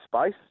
space